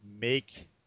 make